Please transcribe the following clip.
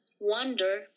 wonder